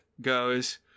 goes